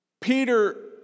Peter